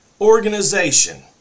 organization